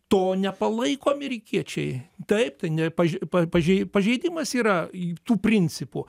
to nepalaiko amerikiečiai taip tai ne paž pa pažei pažeidimas yra i tų principų